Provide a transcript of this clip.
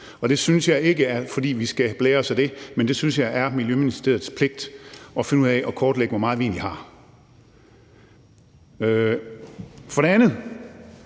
og det er ikke, fordi vi skal blære os af det, men jeg synes, det er Miljøministeriets pligt at finde ud af og kortlægge, hvor meget vi egentlig har.